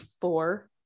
four